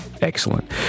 Excellent